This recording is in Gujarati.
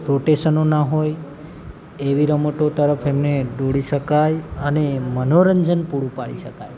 રોટેશનો ના હોય એવી રમતો તરફ એમને દોરી શકાય અને મનોરંજન પૂરું પાળી શકાય